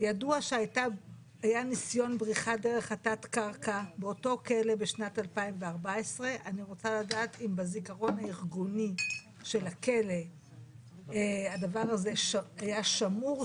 ידוע שהיה ניסיון בריחה דרך התת-קרקע באותו כלא בשנת 2014. אני רוצה לדעת אם בזיכרון הארגוני של הכלא הדבר הזה היה שמור,